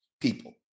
people